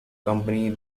company